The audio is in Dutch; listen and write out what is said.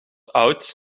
oud